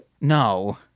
No